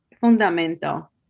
fundamental